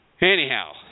anyhow